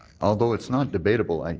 although it's not debatable, and